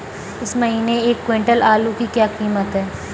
इस महीने एक क्विंटल आलू की क्या कीमत है?